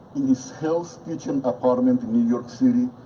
in his hell's kitchen apartment in new york city,